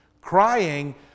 crying